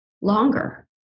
longer